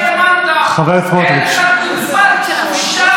לך להופעות של אביב גפן.